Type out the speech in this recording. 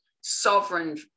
sovereign